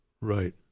Right